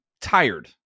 tired